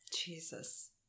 Jesus